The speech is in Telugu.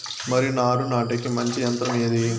వరి నారు నాటేకి మంచి యంత్రం ఏది?